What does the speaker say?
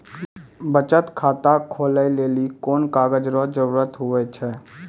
बचत खाता खोलै लेली कोन कागज रो जरुरत हुवै छै?